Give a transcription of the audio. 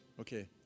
Okay